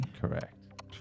Correct